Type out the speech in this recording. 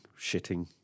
shitting